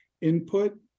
input